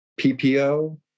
PPO